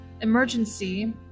emergency